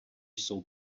jsou